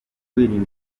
kwirinda